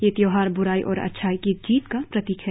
ये त्योहार बूराई पर अच्छाई की जीत का प्रतिक है